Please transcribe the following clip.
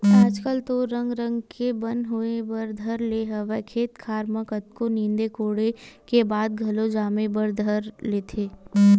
आजकल तो रंग रंग के बन होय बर धर ले हवय खेत खार म कतको नींदे कोड़े के बाद घलोक जामे बर धर लेथे